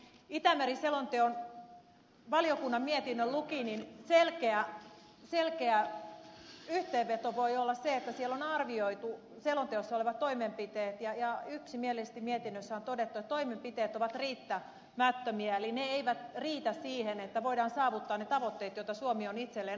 kun tämän valiokunnan mietinnön luki niin selkeä yhteenveto voi olla se että siellä on arvioitu selonteossa olevat toimenpiteet ja yksimielisesti mietinnössä on todettu että toimenpiteet ovat riittämättömiä eli ne eivät riitä siihen että voidaan saavuttaa ne tavoitteet joita suomi on itselleen asettanutkin